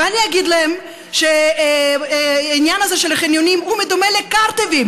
ואני אגיד להם שהעניין הזה של החניונים דומה לקרטיבים.